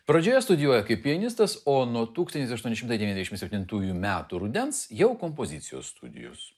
pradžioje studijuoja kaip pianistas o nuo tūkstantis aštuoni šimtai devyniasdešimt septintųjų metų rudens jau kompozicijos studijos